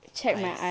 eyes